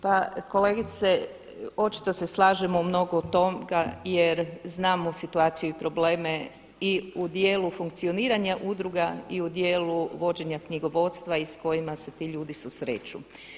Pa kolegice, očito se slažemo u mnogo toga jer znamo situaciju i probleme i u dijelu funkcioniranja udruga i u dijelu vođenja knjigovodstva i s kojima se ti ljudi susreću.